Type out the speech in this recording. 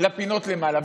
לפינות למעלה?